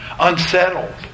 unsettled